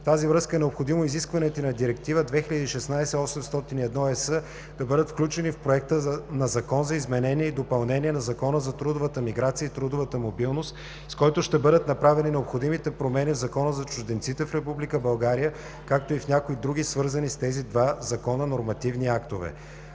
тази връзка е необходимо изискванията на Директива (ЕС) № 2016/801 да бъдат включени в Проекта на Закон за изменение и допълнение на Закона за трудовата миграция и трудовата мобилност, с който ще бъдат направени необходимите промени в Закона за чужденците в Република България, както и в някои други, свързани с тези два закона, нормативни актове.